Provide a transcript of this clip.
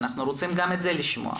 אנחנו רוצים גם את זה לשמוע.